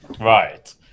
Right